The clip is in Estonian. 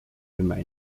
kümme